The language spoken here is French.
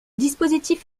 dispositif